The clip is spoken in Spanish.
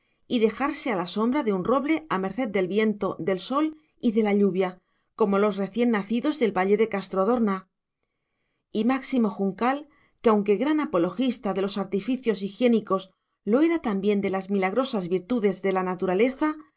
y dejarse a la sombra de un roble a merced del viento del sol y de la lluvia como los recién nacidos del valle de castrodorna y máximo juncal que aunque gran apologista de los artificios higiénicos lo era también de las milagrosas virtudes de la naturaleza